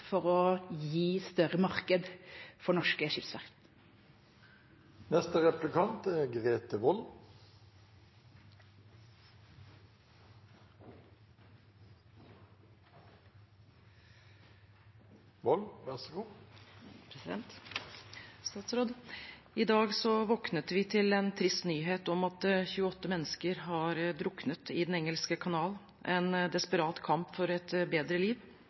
for å gi et større marked for norske skipsverft. I dag våknet vi til en trist nyhet om at 28 mennesker har druknet i Den engelske kanal i en desperat kamp for et bedre liv,